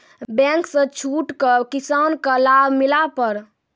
Bank से छूट का किसान का लाभ मिला पर?